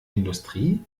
industrie